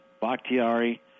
Bakhtiari